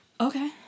Okay